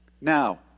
Now